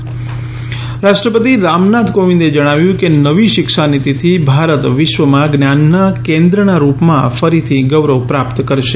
રાષ્ટ્રપતિ રાષ્ટ્રપતિ રામનાથ કોવિંદે જણાવ્યું કે નવી શિક્ષા નિતિથી બારત વિશ્વમાં જ્ઞાનના કેન્દ્રના રૂપમાં ફરીથી ગૌરવ પ્રાપ્ત કરશે